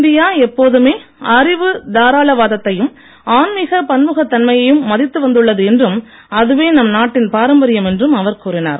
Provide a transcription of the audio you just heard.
India எப்போதுமெ அறிவு தாராளவாதத்தையும் ஆன்மிக பன்முகத் தன்மையையும் மதித்து வந்துள்ளது என்றும் அதுவே நம் நாட்டின் பாரம்பரியம் என்றும் அவர் கூறினார்